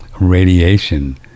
radiation